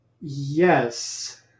Yes